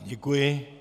Děkuji.